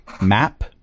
map